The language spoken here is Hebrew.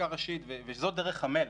וזאת דרך המלך,